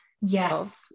Yes